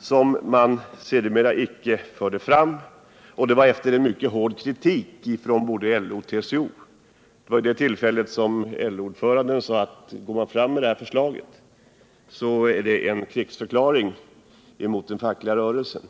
som man sedermera icke lade fram — efter mycket hård kritik från både LO och TCO. Det var vid det tillfället som LO-ordföranden sade: Går man fram med det förslaget är det en krigsförklaring mot den fackliga rörelsen.